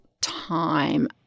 time